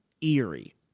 eerie